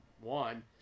one